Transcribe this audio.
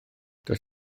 does